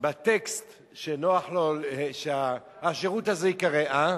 בטקסט שנוח לו שהשירות הזה ייקרא.